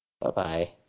bye-bye